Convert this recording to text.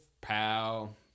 pal